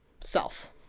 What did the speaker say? self